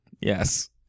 Yes